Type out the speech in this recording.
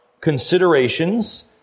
considerations